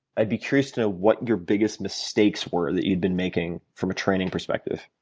i'd be curious to know what your biggest mistakes were that you'd been making from a training perspective.